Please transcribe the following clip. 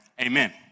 Amen